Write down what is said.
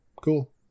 Cool